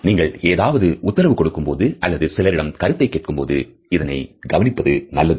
நீங்கள் ஏதாவது உத்தரவு கொடுக்கும் பொழுது அல்லது சிலரிடம் கருத்தை கேட்கும்பொழுது இதனை கவனிப்பது நல்லது